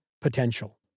potential